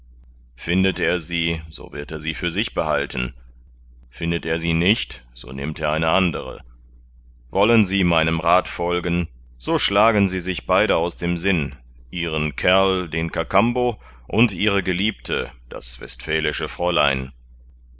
findet er sie so wird er sie für sich behalten findet er sie nicht so nimmt er eine andere wollen sie meinen rath folgen so schlagen sie sich beide aus dem sinn ihren kerl den kakambo und ihre geliebte das westfälische fräulein